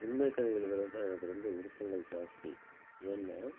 உண்மை கதை எழுதுறது தான் எனக்கு ரொம்ப விருப்பங்கள் ஜாஸ்தி ஏன்னால்